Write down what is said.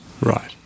Right